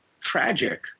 tragic